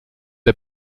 der